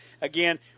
again